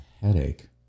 Headache